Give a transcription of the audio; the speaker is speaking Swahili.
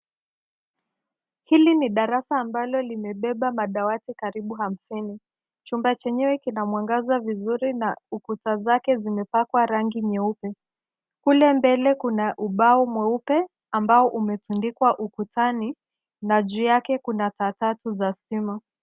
Hili ni darasa ambalo limebeba madawati karibu hamsini. Chumba chenyewe kina mwangaza vizuri na ukuta zake zimepakwa rangi nyeupe. Kule mbele kuna ubao mweupe ambao umetundikwa ukutani na juu yake kuna paa tatu za stima.